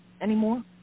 anymore